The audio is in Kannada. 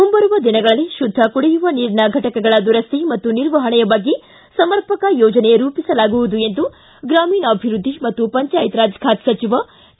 ಮುಂಬರುವ ದಿನಗಳಲ್ಲಿ ಶುದ್ಧ ಕುಡಿಯುವ ನೀರಿನ ಘಟಕಗಳ ದುರಸ್ತಿ ಮತ್ತು ನಿರ್ವಹಣೆಯ ಬಗ್ಗೆ ಸಮರ್ಪಕ ಯೋಜನೆ ರೂಪಿಸಲಾಗುವುದು ಎಂದು ಗ್ರಾಮೀಣಾಭಿವೃದ್ದಿ ಮತ್ತು ಪಂಚಾಯತ ರಾಜ್ ಖಾತೆ ಸಚಿವ ಕೆ